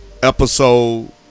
episode